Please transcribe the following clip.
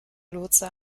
lotse